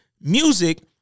music